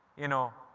you know,